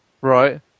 right